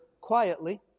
quietly